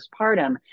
postpartum